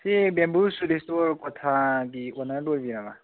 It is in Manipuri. ꯁꯤ ꯕꯦꯝꯕꯨ ꯁꯨꯠ ꯏꯁꯇꯣꯔ ꯀ꯭ꯋꯥꯊꯥꯒꯤ ꯑꯣꯅꯔꯗꯣ ꯑꯣꯏꯕꯤꯔꯕ꯭ꯔꯥ